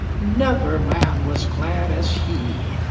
never man was glad as he.